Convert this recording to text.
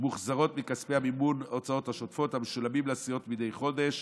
מוחזרות מכספי מימון ההוצאות השוטפות המשולמים לסיעות מדי חודש